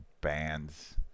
bands